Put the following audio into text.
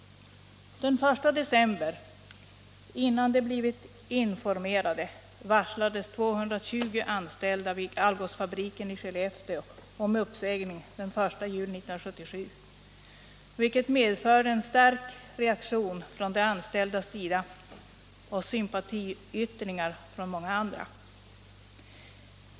Den 1 december, innan de blivit informerade, varslades 220 anställda vid Algotsfabriken i Skellefteå om uppsägning den 1 juli 1977, vilket medförde en stark reaktion från de anställdas sida och sympatiyttringar för de anställda från många håll.